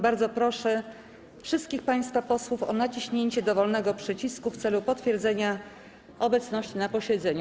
Bardzo proszę wszystkich państwa posłów o naciśnięcie dowolnego przycisku w celu potwierdzenia obecności na posiedzeniu.